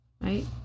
right